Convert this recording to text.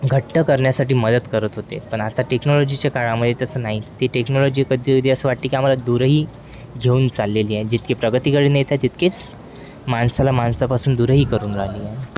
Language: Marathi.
घट्ट करण्यासाठी मदत करत होते पण आता टेक्नॉलॉजीच्या काळामध्ये तसं नाही ते टेक्नॉलॉजी कधीकधी असं वाटते की आम्हाला दूरही घेऊन चाललेली आहे जितके प्रगतीकडे नेत आहे तितकेच माणसाला माणसापासून दूरही करून राहिली आहे